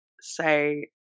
say